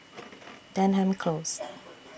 Denham Close